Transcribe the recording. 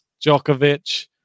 Djokovic